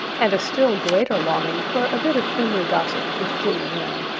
and a still greater longing for a bit of friendly gossip with jenny wren.